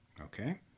Okay